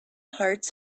hearts